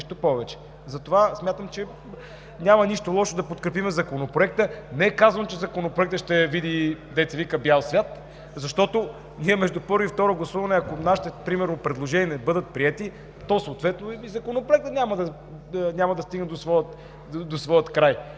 Затова смятам, че няма нищо лошо да подкрепим Законопроекта. Не е казано, че Законопроектът ще види, дето се казва, бял свят, защото между първо и второ гласуване ако примерно нашите предложения не бъдат приети, то съответно и Законопроектът няма да стигне до своя край.